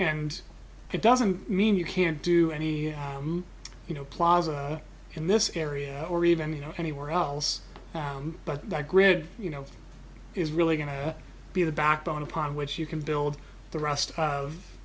and it doesn't mean you can't do any you know plaza in this area or even you know anywhere else but that grid you know is really going to be the backbone upon which you can build the rest of